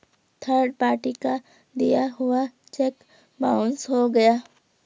third party का दिया हुआ चेक बाउंस हो गया